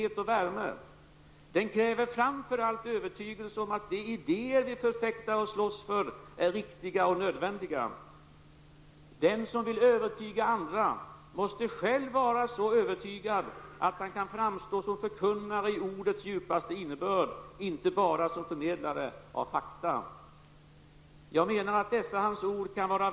Han är en av riksdagens allra kunnigaste ledamöter när det gäller grundlagsfrågor och pressfrågor. Han står i första ledet när det gäller att försvara yttrandefriheten, och han är en stor förkunnare av uppfattningen att utan en fri och mångfaldig press finns ingen bra och frisk demokrati.